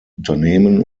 unternehmen